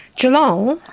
geelong,